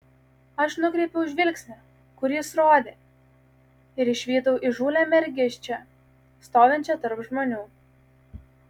aš nukreipiau žvilgsnį kur jis rodė ir išvydau įžūlią mergiščią stovinčią tarp žmonių